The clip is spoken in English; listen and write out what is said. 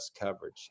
coverage